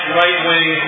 right-wing